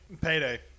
Payday